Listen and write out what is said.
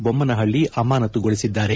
Bommanahalli ಅಮಾನತುಗೊಳಿಸಿದ್ದಾರೆ